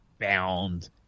bound